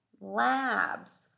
labs